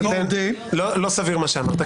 לא סביר מה שאמרת.